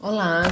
Olá